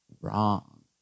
Wrong